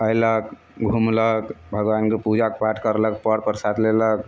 अएलक घुमलक भगवानके पूजा पाठ करलक पऽर प्रसाद लेलक